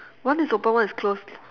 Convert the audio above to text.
one is open one is closed